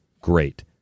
Great